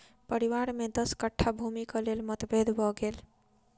परिवार में दस कट्ठा भूमिक लेल मतभेद भ गेल